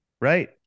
right